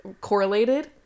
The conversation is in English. correlated